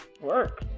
work